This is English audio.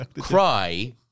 cry